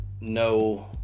no